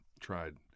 tried